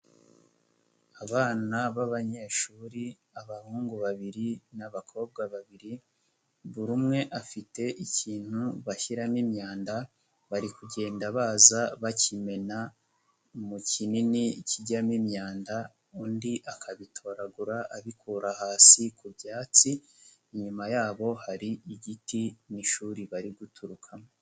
Abana b'abanyeshuri abahungu babiri n'abakobwa babiri, buri umwe afite ikintu bashyiramo imyanda, bari kugenda baza bakimena mu kinini kijyamo imyanda, undi akabitoragura abikura hasi ku byatsi, inyuma yabo hari igiti mu ishuri bari guturukamo.